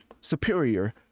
superior